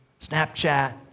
Snapchat